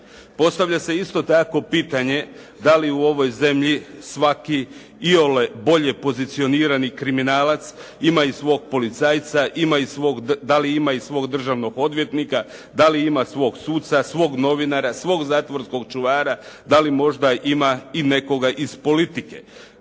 Postavlja se isto tako pitanje da li u ovoj zemlji svaki iole bolje pozicionirani kriminalac ima i svog policajca, da li ima i svog državnog odvjetnika, da li ima svoga suca, svoga novinara, svog zatvorskog čuvara, da li možda ima i nekoga iz politike.